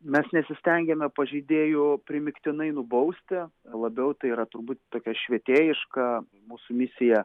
mes nesistengiame pažeidėjų primygtinai nubausti labiau tai yra turbūt tokia švietėjiška mūsų misija